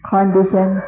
Condition